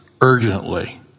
urgently